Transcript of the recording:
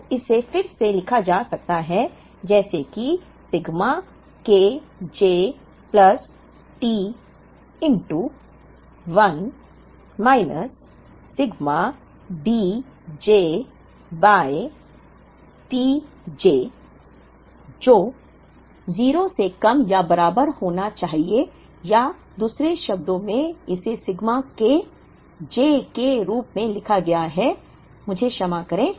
तो इसे फिर से लिखा जा सकता है जैसे कि sigma Kj plus T 1 minus sigma Dj by Pj जो 0 से कम या बराबर होना चाहिए या दूसरे शब्दों में इसे सिग्मा के j के रूप में लिखा गया है मुझे क्षमा करें